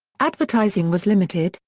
advertising was limited,